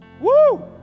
woo